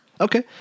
Okay